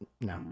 no